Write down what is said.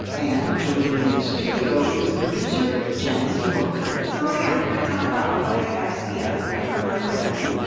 and joining me in the studio is producer janice llamoca so maria, we're here to talk about jorge garcia. are you familiar with that name?